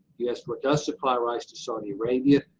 u s. but does supply rice to saudi arabia.